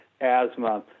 asthma